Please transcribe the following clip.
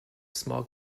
small